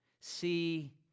see